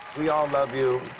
we all love you,